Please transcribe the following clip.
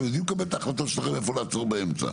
אתם יודעים לקבל את ההחלטות שלכם ואיפה לעצור באמצע.